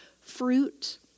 fruit